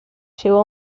lleva